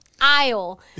aisle